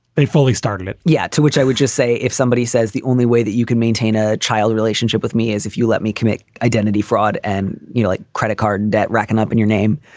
they fully started it. yeah. to which i would just say, if somebody says the only way that you can maintain a child relationship with me is if you let me commit identity fraud and you like credit card and debt racking up in your name,